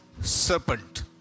serpent